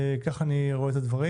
כך אני רואה את הדברים.